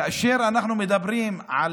כאשר אנחנו מדברים על